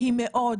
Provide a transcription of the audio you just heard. היא מאוד